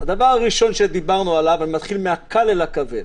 הדבר הראשון שדיברנו עליו אני מתחיל מהקל לכבד,